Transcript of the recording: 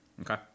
Okay